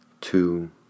two